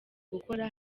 gukora